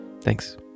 Thanks